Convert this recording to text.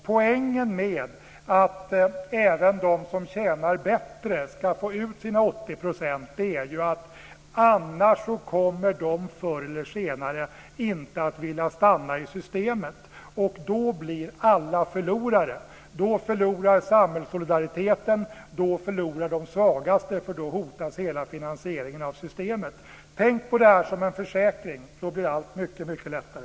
Poängen med att även dem som tjänar bättre ska få ut sina 80 % är att de annars förr eller senare inte kommer att vilja stanna i systemet, och då blir alla förlorare. Då förlorar samhällssolidariteten, och då förlorar de svaga, eftersom då hotas hela finansieringen av systemet. Tänk på det som en försäkring, så blir allt mycket lättare.